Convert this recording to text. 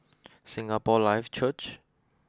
Singapore Life Church